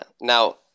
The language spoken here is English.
Now